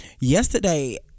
yesterday